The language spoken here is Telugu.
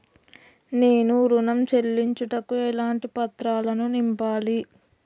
నేను ఋణం చెల్లించుటకు ఎలాంటి పత్రాలను నింపాలి?